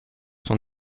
sont